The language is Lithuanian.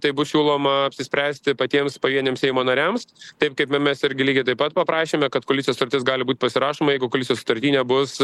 tai bus siūloma apsispręsti patiems pavieniams seimo nariams taip kaip me mes irgi lygiai taip pat paprašėme kad koalicijos sutartis gali būt pasirašoma jeigu koalicijos sutarty nebus